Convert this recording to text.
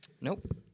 Nope